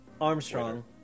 Armstrong